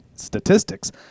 statistics